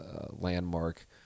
landmark